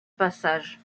passage